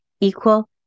equal